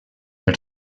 per